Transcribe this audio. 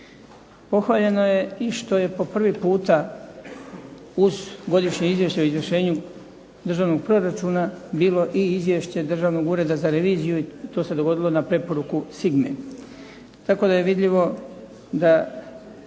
Pohvaljeno je i što je po prvi puta uz Godišnje izvješće o izvršenju Državnog proračuna bilo i Izvješće Državnog ureda za reviziju i to se dogodilo uz preporuku SIGME.